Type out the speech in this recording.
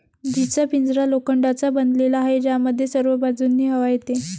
जीचा पिंजरा लोखंडाचा बनलेला आहे, ज्यामध्ये सर्व बाजूंनी हवा येते